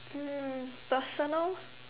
hmm personal